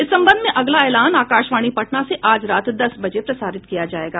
इस संबंध में अगला ऐलान आकाशवाणी पटना से आज रात दस बजे प्रसारित किया जाएगा